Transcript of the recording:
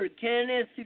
Kenneth